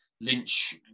Lynch